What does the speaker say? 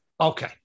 Okay